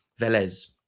Velez